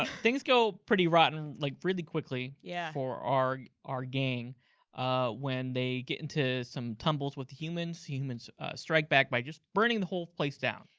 things go pretty rotten like really quickly yeah for our our gang when they get into some tumbles with humans. humans strike back by just burning the whole place down.